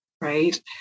Right